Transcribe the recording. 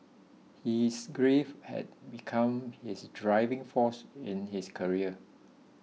his grief had become his driving force in his career